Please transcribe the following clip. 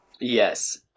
Yes